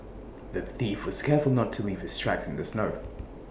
the thief was careful not to leave his tracks in the snow